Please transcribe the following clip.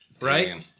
Right